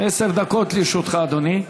עשר דקות לרשותך, אדוני.